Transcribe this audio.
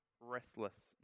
restless